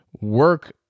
work